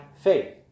faith